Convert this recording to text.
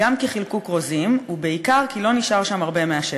גם כי חילקו כרוזים ובעיקר כי לא נשאר שם הרבה מהשטח.